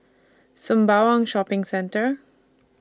Sembawang Shopping Centre